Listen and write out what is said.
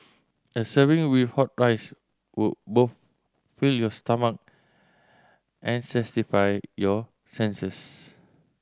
a serving with hot rice would both fill your stomach and your senses